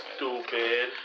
Stupid